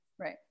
right